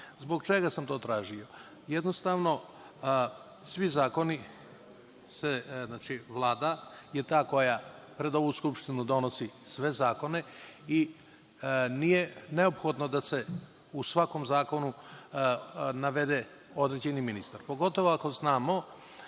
čega sam to tražio? Jednostavno, Vlada je ta koja pred ovu Skupštinu donosi sve zakone i nije neophodno da se u svakom zakonu navede određeni ministar, pogotovo ako znamo